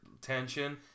tension